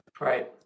Right